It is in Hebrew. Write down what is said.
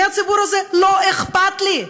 מהציבור הזה לא אכפת לי,